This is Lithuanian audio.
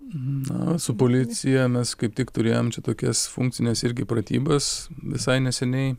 na su policija mes kaip tik turėjom tokias funkcines irgi pratybas visai neseniai